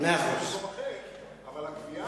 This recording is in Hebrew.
אבל הקביעה הזאת,